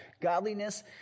Godliness